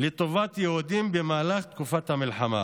לטובת יהודים במהלך תקופת המלחמה,